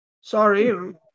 Sorry